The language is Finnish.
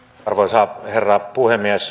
arvoisa herra puhemies